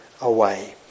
away